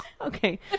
Okay